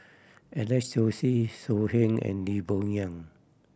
Alex Josey So Heng and Lim Bo Yam